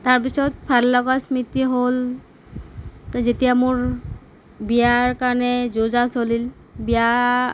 তাৰপিছত ভাল লগা স্মৃতি হ'ল যেতিয়া মোৰ বিয়াৰ কাৰণে যো জা চলিল বিয়া